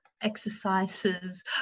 exercises